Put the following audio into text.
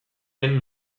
den